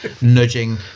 nudging